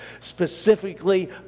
specifically